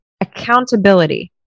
Accountability